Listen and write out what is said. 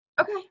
okay